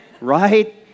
Right